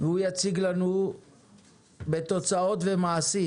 והוא יציג לנו בתוצאות ובמעשים.